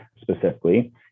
specifically